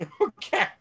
Okay